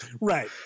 Right